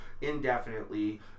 indefinitely